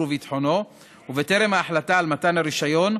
וביטחונו ובטרם ההחלטה על מתן הרישיון.